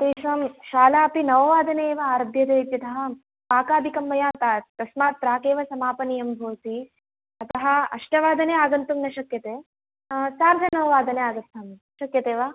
तेषां शाला अपि नववादने एव आरभ्यते इत्यतः पाकादिकं मया त तस्मात् प्रागेव समापनीयं भवति अतः अष्टवादने आगन्तुं न शक्यते सार्धनववादने आगच्छामि शक्यते वा